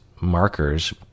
markers